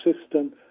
system